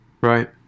right